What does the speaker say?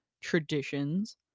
traditions